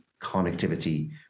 connectivity